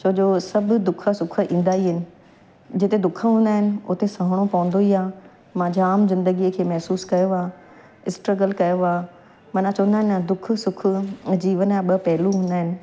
छो जो सभु दुख सुख ईंदा ई आहिनि जिते दुख हूंदा आहिनि उते सहणो पवंदो ई आहे मां जाम जिंदगीअ खे महिसूसु कयो आहे स्ट्रगल कयो आहे माना चवंदा आहिनि न दुख सुख ऐं जीवन जा ॿ पहलू हूंदा आहिनि